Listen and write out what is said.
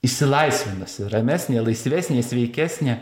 išsilaisvinusi ramesnė laisvesnė sveikesnė